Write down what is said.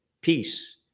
Peace